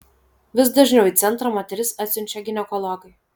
vis dažniau į centrą moteris atsiunčia ginekologai